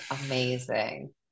amazing